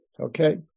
okay